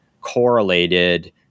correlated